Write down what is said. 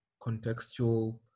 contextual